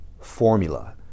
formula